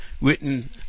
Written